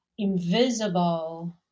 invisible